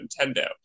Nintendo